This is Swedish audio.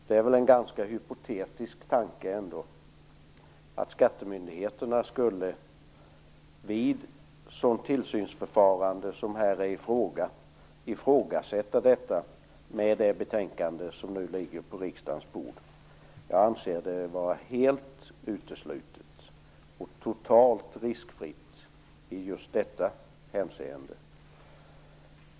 Det är väl ändå en ganska hypotetisk tanke att skattemyndigheterna vid ett sådant tillsynsförfarande som det här är fråga om skulle ifrågasätta det med det betänkande som nu ligger på riksdagens bord. Jag anser det vara helt uteslutet och totalt riskfritt i just detta hänseende.